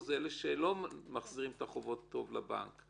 אלה שלא מחזירים את החובות לבנק.